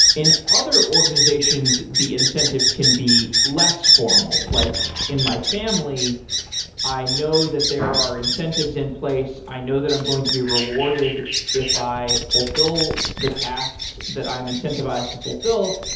in other organizations, the incentives can be less formal, like in my family i know that there are incentives in place. i know that i'm going to be rewarded if i fulfill the tasks that i am incentivized to fulfill,